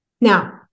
Now